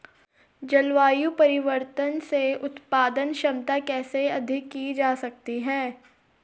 जलवायु परिवर्तन से उत्पादन क्षमता कैसे अधिक की जा सकती है?